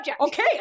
Okay